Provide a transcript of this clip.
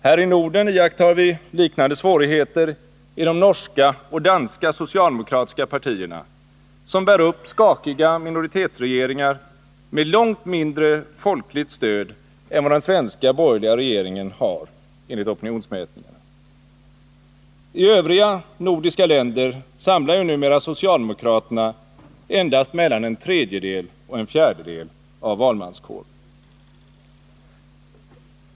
Här i Norden iakttar vi liknande svårigheter i de norska och danska socialdemokratiska partierna, som bär upp skakiga minoritetsregeringar med långt mindre folkligt stöd än vad den svenska borgerliga regeringen har enligt opinionsmätningarna. I övriga nordiska länder samlar numera socialdemokraterna endast mellan en tredjedel och en fjärdedel av valmanskåren.